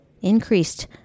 increased